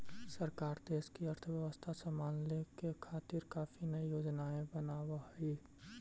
सरकार देश की अर्थव्यवस्था संभालने के खातिर काफी नयी योजनाएं बनाव हई